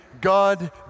God